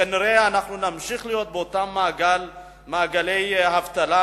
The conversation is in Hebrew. כנראה אנחנו נמשיך להיות באותם מעגלי אבטלה,